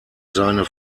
seine